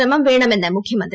ശ്രമം വേണമെന്ന് മുഖ്യമിന്തി